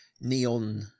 neon